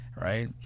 Right